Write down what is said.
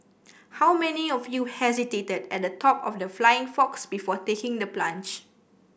how many of you hesitated at the top of the flying fox before taking the plunge